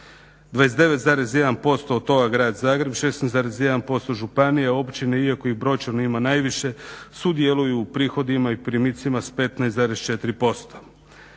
29,1% od toga grad Zagreb, 16,1% županije, općine iako ih brojčano ima najviše sudjeluju u prihodima i primicima s 15,4%.